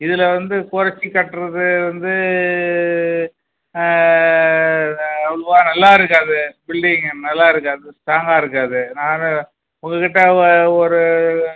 இதில் வந்து குறச்சி கட்டுறது வந்து அவ்ளோவாக நல்லா இருக்காது பில்டிங்கு நல்லா இருக்காது ஸ்ட்ராங்காக இருக்காது நான் உங்ககிட்ட ஒ ஒரு